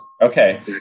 Okay